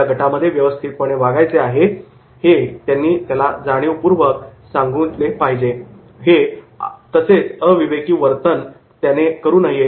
आपल्याला गटामध्ये व्यवस्थितपणे वागायचे आहे याची त्यांना जाणीव करून द्या जेणेकरून ते असे अविवेकी वर्तन करणार नाहीत